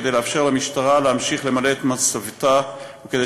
כדי לאפשר למשטרה להמשיך למלא את מצבתה וכדי